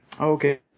Okay